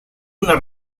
una